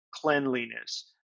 Cleanliness